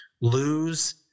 lose